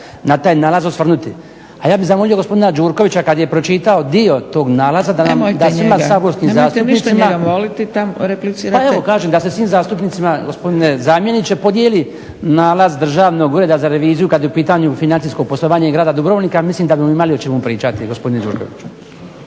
na taj nalaz osvrnuti. A ja bih zamolio gospodina Gjurkovića kad je pročitao dio tog nalaza da svima saborskim zastupnicima… … /Upadica se ne razumije./ … Pa evo kažem da se svim zastupnicima, gospodine zamjeniče, podijeli nalaz Državnog ureda za reviziju kad je u pitanju financijsko poslovanje grada Dubrovnika. Mislim da bi imali o čemu pričati gospodine Gjurkoviću.